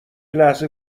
لحظه